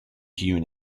hewn